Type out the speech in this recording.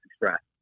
Express